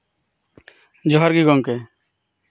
ᱡᱚᱦᱟᱨ ᱜᱮ ᱜᱚᱢᱠᱮ